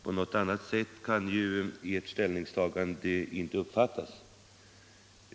På något annat sätt kan ju ert ställningstagande inte uppfattas.